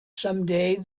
someday